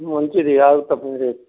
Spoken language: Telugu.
మంచిర్యాల తప్ప ఏది